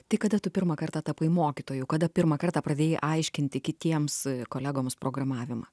tai kada tu pirmą kartą tapai mokytoju kada pirmą kartą pradėjai aiškinti kitiems kolegoms programavimą